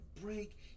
break